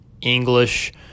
English